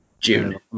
june